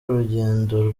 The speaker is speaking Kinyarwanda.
urugendo